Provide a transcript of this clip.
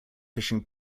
fishing